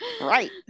right